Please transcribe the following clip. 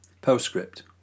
Postscript